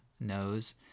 knows